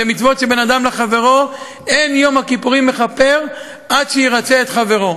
ומצוות שבין אדם לחברו אין יום הכיפורים מכפר עד שירצה את חברו,